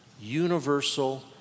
universal